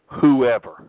whoever